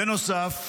בנוסף,